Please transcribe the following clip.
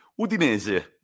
Udinese